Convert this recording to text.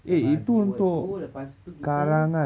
dah bagi word tu lepas tu kita